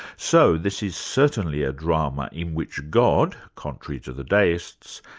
so this is certainly a drama in which god, contrary to the deists,